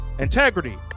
integrity